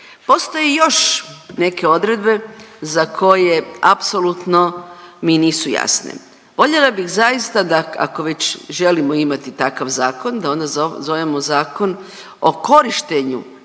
Postoje još neke odredbe za koje apsolutno mi nisu jasne. Voljela bi zaista da ako već želimo imati takav zakon da onda zovemo zakon o korištenju